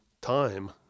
time